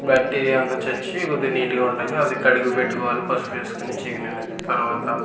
bacteria అంతా చచ్చి కొద్దిగా నీటుగా ఉంటుంది అది కడిగి పెట్టుకోవాలి పసుపు వేసుకుని చికెన్ అనేది తర్వాత